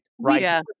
Right